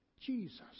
Jesus